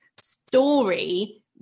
story